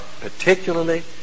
particularly